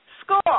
school